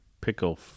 pickle